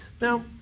Now